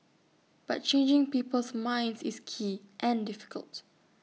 but changing people's minds is key and difficult